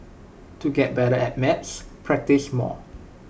to get better at maths practise more